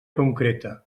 concreta